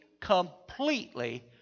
completely